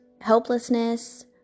helplessness